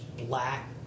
black